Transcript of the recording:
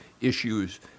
issues